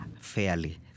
fairly